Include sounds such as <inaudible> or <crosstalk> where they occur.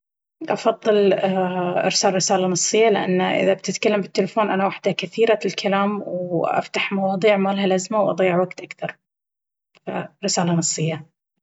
أفضل <hesitation> ارسال رسالة نصية لأن إذا بتتكلم في التلفون أنا وحدة كثيرة الكلام وأفتح مواضيع مالها لازمة وأضيع وقت أكبر ف… رسالة نصية.